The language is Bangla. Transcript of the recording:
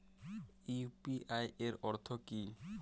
ইউ.পি.আই এর অর্থ কি?